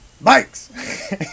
Bikes